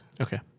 okay